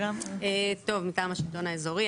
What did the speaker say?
טוב, מטעם השלטון האזורי.